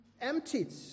emptied